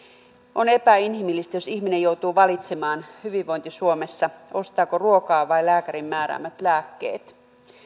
on epäinhimillistä jos ihminen joutuu valitsemaan hyvinvointi suomessa ostaako ruokaa vai lääkärin määräämät lääkkeet